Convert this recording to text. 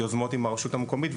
יוזמות עם הרשות המקומית,